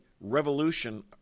revolution